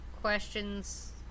questions